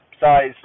size